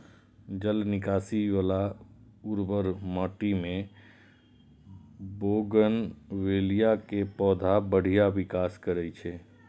जल निकासी बला उर्वर माटि मे बोगनवेलिया के पौधा बढ़िया विकास करै छै